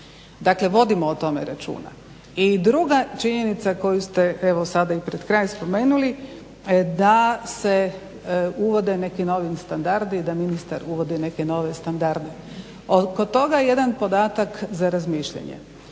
Dakle vodimo o tome računa. I druga činjenica koju ste sada pred kraj spomenuli da se uvode neki novi standardi i da ministar uvodi neke nove standarde. Oko toga jedan podatak za razmišljanje.